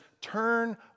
Turn